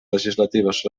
legislatives